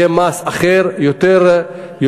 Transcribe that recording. יהיה מס אחר יותר קטן.